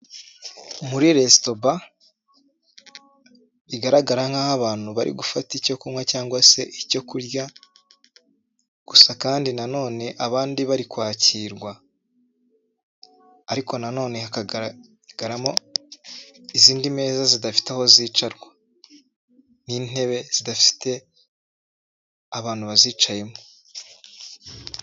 Muri resitobare igaragara nkaho abantu bari gufata icyo kunywa cyangwa se icyo kurya, gusa kandi nanone abandi bari kwakirwa, ariko nanone hakagaragaramo izindi meza zidafite aho zicarwa, n'intebe zidafite abantu bazicayemo.